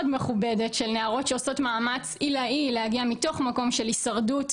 מכובדת של נערות שעושות מאמץ עילאי להגיע מתוך מקום של הישרדות